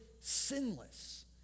sinless